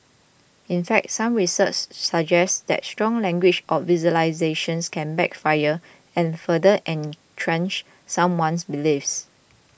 in fact some research suggests that strong language or visualisations can backfire and further entrench someone's beliefs